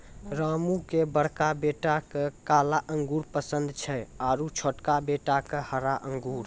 रामू के बड़का बेटा क काला अंगूर पसंद छै आरो छोटका बेटा क हरा अंगूर